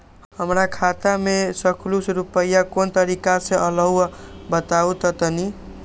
हमर खाता में सकलू से रूपया कोन तारीक के अलऊह बताहु त तनिक?